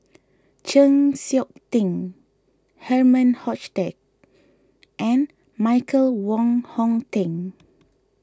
Chng Seok Tin Herman Hochstadt and Michael Wong Hong Teng